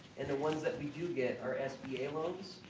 and the ones that we do get are sba loans,